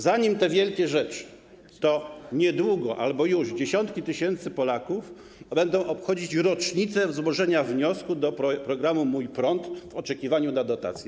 Zanim nadejdą te wielkie rzeczy, to niedługo - albo już - dziesiątki tysięcy Polaków będą obchodzić rocznicę złożenia wniosku do programu ˝Mój prąd˝ i oczekiwania na dotację.